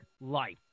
life